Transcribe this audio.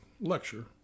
lecture